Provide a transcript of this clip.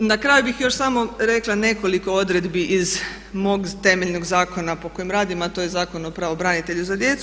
Na kraju bih još samo rekla nekoliko odredbi iz mog temeljnog zakona po kojem radim a to je Zakon o pravobranitelju za djecu.